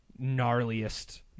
gnarliest